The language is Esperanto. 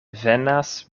venas